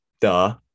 Duh